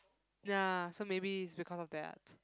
ya so maybe it's because of that